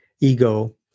ego